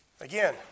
Again